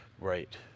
Right